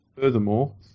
Furthermore